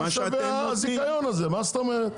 מה שווה הזיכיון הזה, מה זאת אומרת?